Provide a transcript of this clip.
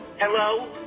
Hello